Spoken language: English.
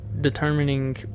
determining